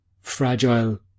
fragile